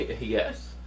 Yes